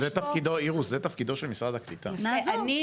אגב אירוס זה תפקידו של משרד הקליטה והעלייה,